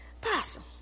possum